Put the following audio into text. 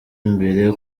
imbere